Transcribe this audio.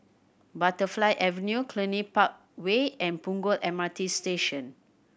Butterfly Avenue Cluny Park Way and Punggol M R T Station